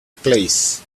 place